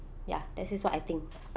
ya that is what I think